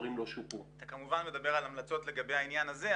אתה כמובן מדבר על המלצות לגבי העניין הזה.